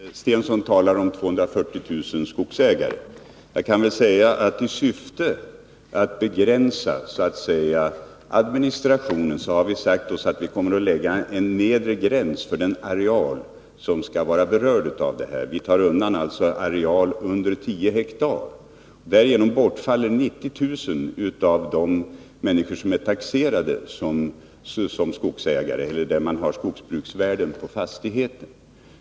Herr talman! Börje Stensson talar om 240 000 skogsägare. Jag kan väl säga att vi i syfte att begränsa administrationen har sagt oss att det bör fastställas en nedre gräns för den areal som skall beröras. Vi undantar areal under 10 ha. Därigenom bortfaller 90 000 små skogsbruksfastigheter.